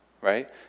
Right